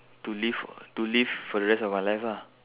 to live for to live for the rest of our life ah